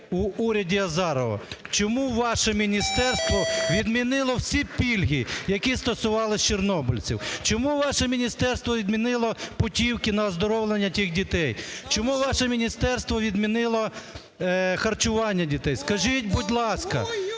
в уряді Азарова, чому ваше міністерство відмінило всі пільги, які стосувались чорнобильців? Чому ваше міністерство відмінило путівки на оздоровлення тих дітей? Чому ваше міністерство відмінило харчування дітей? Скажіть, будь ласка,